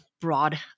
broad